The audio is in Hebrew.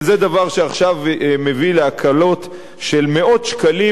וזה דבר שעכשיו מביא להקלות של מאות שקלים